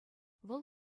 вӑл